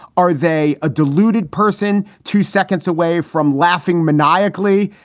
are they a deluded person two seconds away from laughing maniacally?